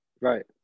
Right